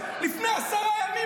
לפני עשרה ימים,